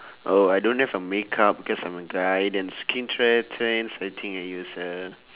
oh I don't dare for makeup cause I'm a guy then skincare trends I think useless